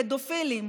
פדופילים,